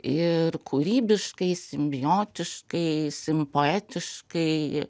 ir kūrybiškai simbiotiškai simpoetiškai